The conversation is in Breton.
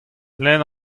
lenn